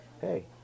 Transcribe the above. Hey